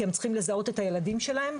כי הם צריכים לזהות את הילדים שלהם,